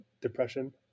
depression